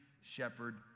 shepherd